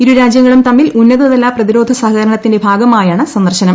ഇരു രാജ്യങ്ങളും തമ്മിൽ ഉന്നതതല പ്രതിരോധ സഹകരണത്തിന്റെ ഭാഗമായാണ് സന്ദർശനം